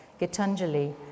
Gitanjali